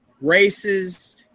races